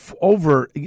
over